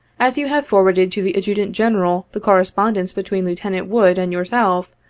as you have forwarded to the adjutant-general the correspondence between lieutenant wood and yourself,